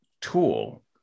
tool